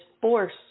force